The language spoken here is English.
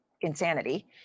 insanity